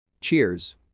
Cheers